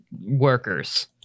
workers